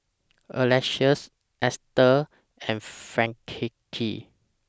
Alecia's Estel and Frankie